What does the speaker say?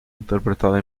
interpretada